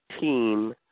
team